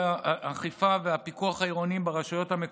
סליחה, אדוני היו"ר.